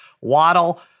Waddle